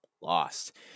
Lost